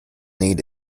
need